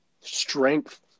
strength